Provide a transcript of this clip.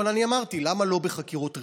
אבל אני אמרתי: למה לא בחקירות רצח?